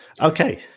Okay